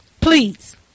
Please